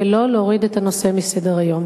ולא להוריד את הנושא מסדר-היום.